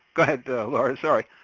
go ahead laura, sorry.